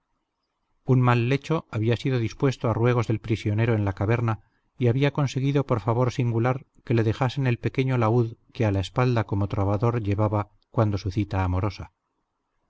un mal lecho había sido dispuesto a ruegos del prisionero en la caverna y había conseguido por favor singular que le dejasen el pequeño laúd que a la espalda como trovador llevaba cuando su cita amorosa